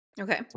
Okay